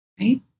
right